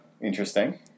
Interesting